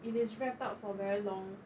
if is wrapped up for very long